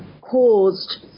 caused